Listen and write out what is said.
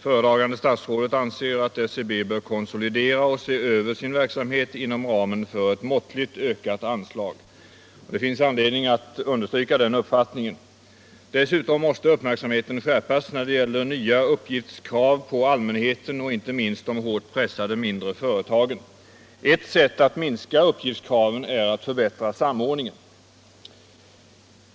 Föredragande statsrådet anser att SCB bör konsolidera och se över sin verksamhet inom ramen för ett måttligt ökat anslag. Det finns anledning att understryka den uppfattningen. Dessutom måste uppmärksamheten skärpas när det gäller nya uppgiftskrav på allmänheten och inte minst de hårt pressade mindre företagen. Ett sätt att minska uppgiftskraven är att förbättra samordningen.